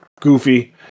goofy